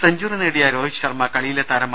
century നേടിയ രോഹിത് ശർമ്മ കളിയിലെ താരമായി